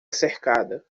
cercada